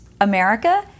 America